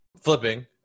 flipping